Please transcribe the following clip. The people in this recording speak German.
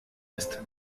ist